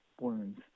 wounds